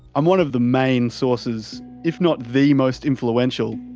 i'm one of the main sources, if not the most influential.